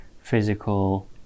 physical